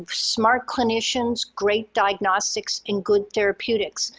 um smart clinicians, great diagnostics, and good therapeutics.